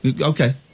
Okay